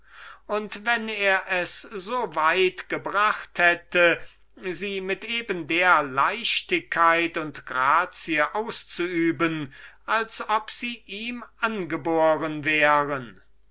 und wenn er es so weit gebracht hätte sie mit eben der leichtigkeit und grazie auszuüben als ob sie ihm angeboren wären aber